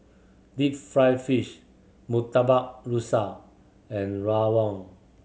deep fried fish Murtabak Rusa and rawon